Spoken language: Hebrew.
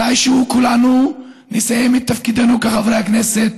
מתישהו כולנו נסיים את תפקידנו כחברי הכנסת